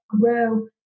grow